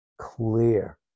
clear